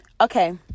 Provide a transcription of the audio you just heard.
Okay